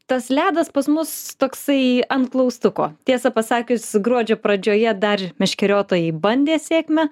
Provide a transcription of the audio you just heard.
tas ledas pas mus toksai ant klaustuko tiesą pasakius gruodžio pradžioje dar meškeriotojai bandė sėkmę